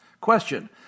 Question